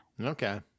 okay